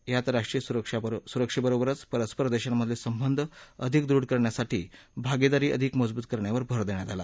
यात राष्ट्रीय सुरक्षेबरोबरच पस्स्पर देशांमधले संवंध अधिक दृढ करण्यासाठी भागीदारी आधिक मजबूत करण्यावर भर देण्यात आला